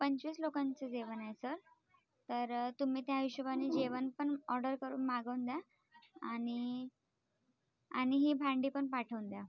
पंचवीस लोकांचं जेवण आहे सर तर तुम्ही त्या हिशोबाने जेवण पण ऑर्डर करून मागवून द्या आणि आणि ही भांडी पण पाठवून द्या